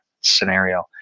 scenario